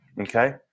Okay